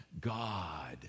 God